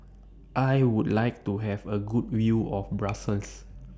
I Would like to Have A Good View of Brussels